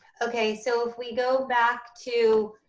okay, so if we go back to,